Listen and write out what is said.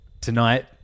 tonight